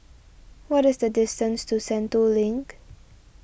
what is the distance to Sentul Link